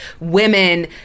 women